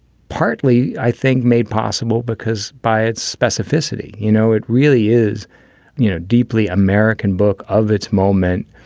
partly, i think, made possible because by its specificity, you know, it really is you know deeply american book of its moment,